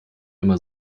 immer